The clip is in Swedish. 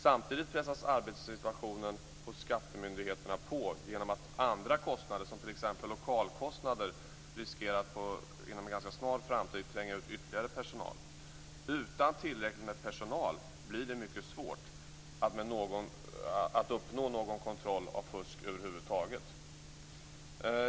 Samtidigt pressas arbetssituationen hos skattemyndigheterna genom att andra kostnader, t.ex. lokalkostnader, riskerar att inom en ganska snar framtid tränga ut ytterligare personal. Utan tillräckligt med personal blir det mycket svårt att uppnå någon kontroll av fusk över huvud taget.